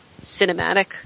cinematic